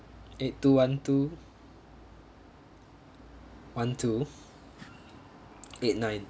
eight two one two one two eight nine